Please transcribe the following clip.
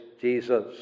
Jesus